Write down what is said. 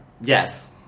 Yes